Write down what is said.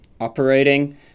operating